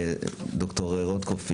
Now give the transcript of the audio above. ד"ר רוטקופף,